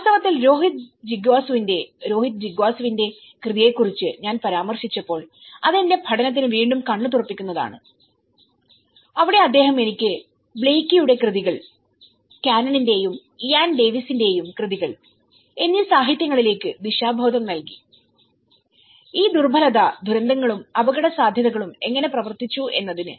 വാസ്തവത്തിൽ രോഹിത് ജിഗ്യാസുവിന്റെ രോഹിത് ജിഗ്യാസുവിന്റെ കൃതിയെക്കുറിച്ച് ഞാൻ പരാമർശിച്ചപ്പോൾ അത് എന്റെ പഠനത്തിന് വീണ്ടും കണ്ണുതുറപ്പിക്കുന്നതാണ് അവിടെ അദ്ദേഹം എനിക്ക് ബ്ലെയ്ക്കിയുടെ കൃതികൾ Blaikies workകാനണിന്റെയും ഇയാൻ ഡേവിസിന്റെ Canons and Ian Davissകൃതികൾ എന്നീ സാഹിത്യങ്ങളിലേക്ക് ദിശാബോധം നൽകി ഈ ദുർബലത ദുരന്തങ്ങളും അപകടസാധ്യതകളും എങ്ങനെ പ്രവർത്തിച്ചു എന്നതിന്